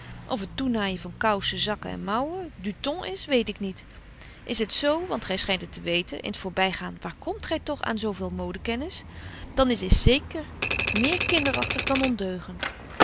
of het toenaaijen van koussen zakken en mouwen du ton is weet ik niet is het z want gy schynt het te weten in t voor by gaan waar komt gy toch aan zo veel modekennis dan is dit zeker meer kinderagtig dan ondeugent